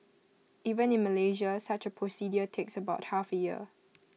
even in Malaysia such A procedure takes about half A year